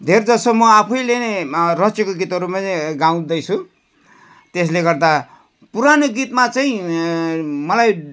धेरजसो म आफैले नै रचेको गीतहरूमा नै गाउँदैछु त्यसले गर्दा पुरानो गीतमा चाहिँ मलाई